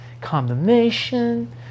condemnation